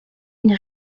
une